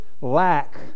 lack